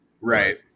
Right